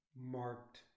marked